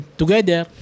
together